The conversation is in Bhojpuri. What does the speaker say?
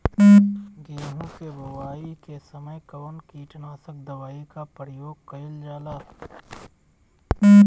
गेहूं के बोआई के समय कवन किटनाशक दवाई का प्रयोग कइल जा ला?